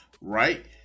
Right